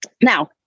Now